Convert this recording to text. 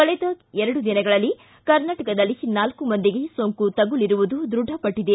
ಕಳೆದ ಎರಡು ದಿನಗಳಲ್ಲಿ ಕರ್ನಾಟಕದಲ್ಲಿ ನಾಲ್ಕು ಮಂದಿಗೆ ಸೋಂಕು ತಗುಲಿರುವುದು ದೃಢ ಪಟ್ಟಿದೆ